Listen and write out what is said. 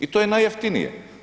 I to je najjeftinije.